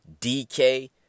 DK